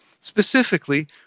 specifically